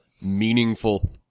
meaningful